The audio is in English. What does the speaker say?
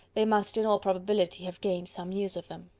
they must in all probability have gained some news of them.